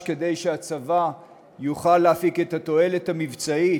כדי שהצבא יוכל להפיק את התועלת המבצעית,